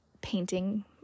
painting